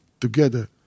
together